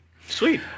Sweet